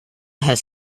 has